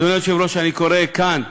אדוני היושב-ראש, אני קורא כאן,